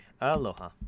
Aloha